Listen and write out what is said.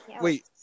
Wait